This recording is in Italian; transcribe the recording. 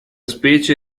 specie